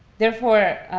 therefore,